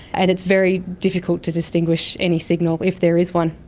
and it's very difficult to distinguish any signal if there is one.